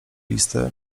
listy